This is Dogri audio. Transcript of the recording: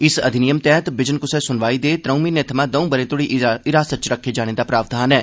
इस अधिनियम तैह्त बिजन कुसै सुनवाई दे त्रै म्हीनें थमां दौ'ऊं ब'रे तोड़ी हिरासत च रक्खे जाने दा प्रावधान ऐ